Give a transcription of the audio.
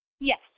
Yes